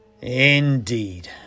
Indeed